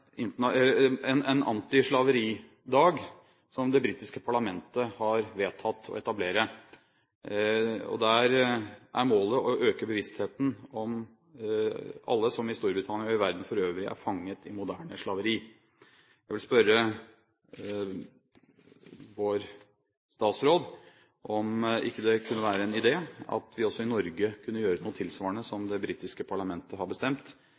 en antislaveridag som det britiske parlamentet har vedtatt å etablere. Der er målet å øke bevisstheten om alle som i Storbritannia og i verden for øvrig er fanget i moderne slaveri. Jeg vil spørre vår statsråd om det ikke kunne være en idé at vi også i Norge gjør noe tilsvarende det som det britiske parlamentet har bestemt,